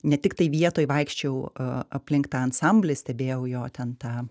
ne tiktai vietoj vaikščiojau aplink tą ansamblį stebėjau jo ten tą